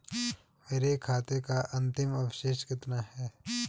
मेरे खाते का अंतिम अवशेष कितना है?